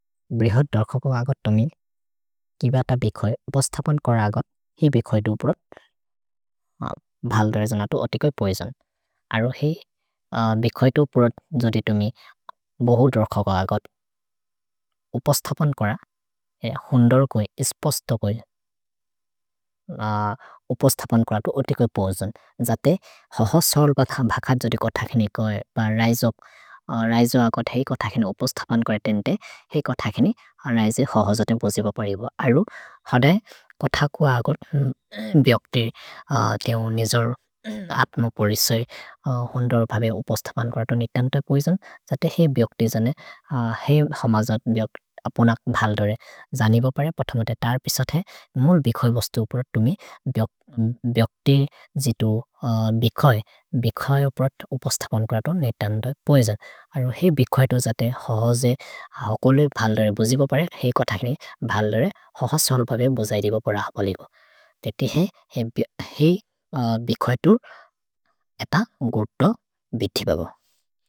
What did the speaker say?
भ्रिहद् द्रख क अगद् तमिल्, किबत बिखोय्, उपस्थपन् कर अगद् हि बिखोय् दु पुरत्, भल् द्रजनतु ओतिकोय् पोएजन्। अरो हि बिखोय् दु पुरत्, जोदि तुमि बहुर् द्रख क अगद्, उपस्थपन् कर, होन्दोर् कोइ, इस्पस्तो कोइ, उपस्थपन् करतु ओतिकोय् पोएजन्। जते ह ह सोल् भख जोदि कोथकिनि कोइ, ब रैजो, रैजो अगद् हेइ कोथकिनि उपस्थपन् करेतेन्ते, हेइ कोथकिनि रैजे ह ह जते बोजिब परिब। अरो हदय् कोथकु अगद् बियोक्तिर्, तेओ निजोर् अत्म परिसै, होन्दोर् भबे उपस्थपन् करतु नितन्त पोएजन्। जते हेइ बियोक्तिर् जने, हेइ ह मज बियोक्तिर्, अपोन भल् दोरे, जनिब परे। पथमते तर् पिसथे, मुल् बिखोय् बोस्तु उपुर तुमि बियोक्तिर् जितु बिखोय्, बिखोय् उपुर उपस्थपन् करतु नितन्त पोएजन्। अरो हेइ बिखोय् दु जते ह ह जे, ह ह कोलि भल् दोरे बोजिब परे, हेइ कोथकिनि भल् दोरे, ह ह सोल् भबे बोजैरिब पर ह बोलिगो। तेति हेइ बिखोय् दु एत गुर्दो बिथि बबो।